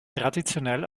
traditionell